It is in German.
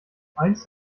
einst